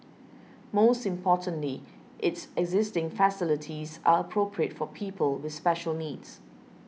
most importantly its existing facilities are appropriate for people with special needs